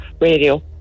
Radio